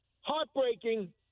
Heartbreaking